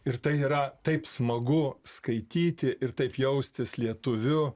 ir tai yra taip smagu skaityti ir taip jaustis lietuviu